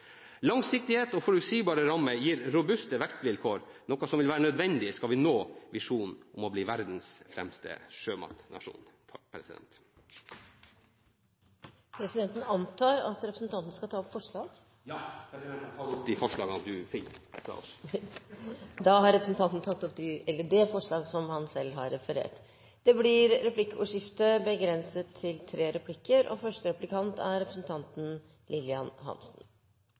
Langsiktighet og forutsigbare rammer gir robuste vekstvilkår, noe som vil være nødvendig hvis vi skal nå visjonen om å bli verdens fremste sjømatnasjon. Jeg antar at representanten skal ta opp forslag. Jeg tar opp de forslagene som foreligger fra Høyre. Representanten Bakke-Jensen har tatt opp de forslagene han refererte til. Det blir replikkordskifte. Jeg registrerte at representanten Bakke-Jensen sa at deres alternative landbruksmelding ble tatt godt i mot av næringen. Jeg vil si det slik at dette er